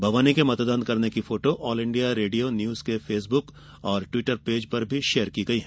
भवानी के मतदान करने की photo all India radio news के फेसबुक और ट्वीटर पेज पर शेयर की गई थी